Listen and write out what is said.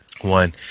one